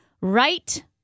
right